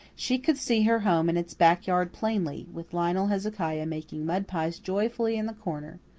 she could see her home and its back yard plainly, with lionel hezekiah making mud-pies joyfully in the corner.